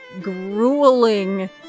grueling